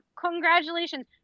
Congratulations